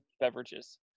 beverages